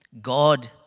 God